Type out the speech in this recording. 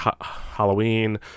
Halloween